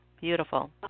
Beautiful